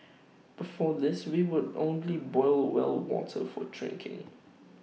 before this we would only boil well water for drinking